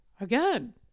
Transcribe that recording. Again